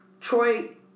Troy